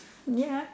ya